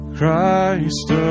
Christ